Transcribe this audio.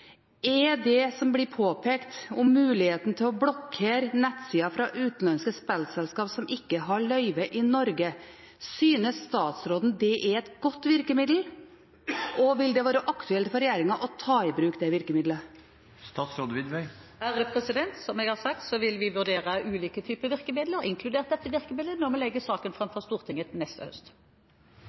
det som blir påpekt om muligheten til å blokkere nettsider fra utenlandske spillselskaper som ikke har løyve i Norge, er et godt virkemiddel? Og vil det være aktuelt for regjeringen å ta i bruk dette virkemidlet? Som jeg har sagt, vil vi vurdere ulike typer virkemidler, inkludert dette virkemidlet, når vi legger saken fram for Stortinget neste høst.